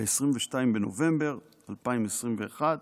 ב-22 בנובמבר 2021,